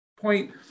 point